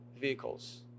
vehicles